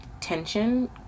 tension